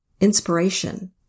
inspiration